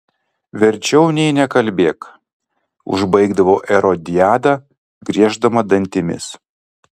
verčiau nė nekalbėk užbaigdavo erodiada grieždama dantimis